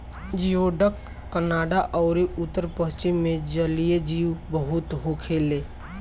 जियोडक Canada अउरी उत्तर पश्चिम मे जलीय जीव बहुत होखेले